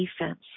defense